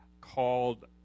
called